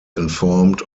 informed